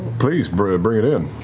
please bring bring it in.